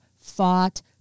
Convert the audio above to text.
fought